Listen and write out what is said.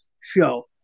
show